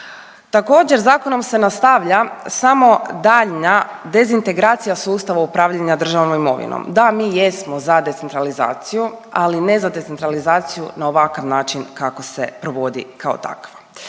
Također zakonom se nastavlja samo daljnja dezintegracija sustava upravljanja državnom imovinom. Da mi jesmo za decentralizaciju ali ne za decentralizaciju na ovakav način kako se provodi kao takva.